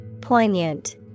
Poignant